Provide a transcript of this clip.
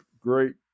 great